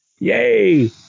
Yay